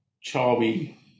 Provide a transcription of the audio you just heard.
chubby